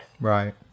right